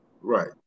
Right